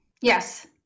Yes